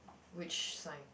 which sign